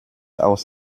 aus